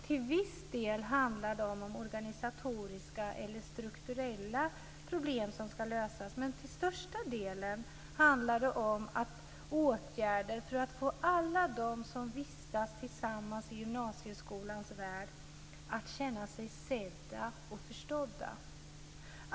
Till viss del handlar det om organisatoriska eller strukturella problem som skall lösas, men till största delen handlar det om åtgärder för att få alla som vistas tillsammans i gymnasieskolans värld att känna sig sedda och förstådda.